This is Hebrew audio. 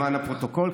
למען הפרוטוקול,